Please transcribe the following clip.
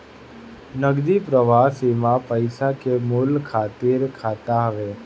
नगदी प्रवाह सीमा पईसा के मूल्य खातिर खाता हवे